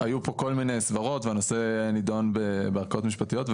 היו פה כל מיני סברות והנושא נידון בערכות משפטיות,